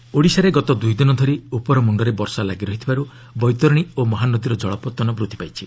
rain ଓଡ଼ିଶାରେ ଗତ ଦୁଇ ଦିନ ଧରି ଉପରମୁଖରେ ବର୍ଷା ଲାଗି ରହିଥିବାରୁ ବୈତରଣୀ ଓ ମହାନଦୀର ଜଳପତ୍ତନ ବୃଦ୍ଧି ପାଇଛି